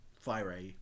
fire